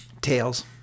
tails